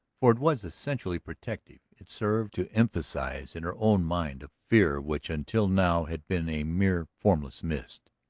for it was essentially protective it served to emphasize in her own mind a fear which until now had been a mere formless mist,